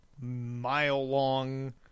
mile-long